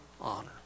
honor